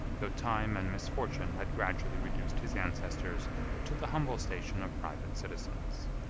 though time and misfortune had gradually reduced his ancestors to the humble station of private citizens.